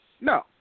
no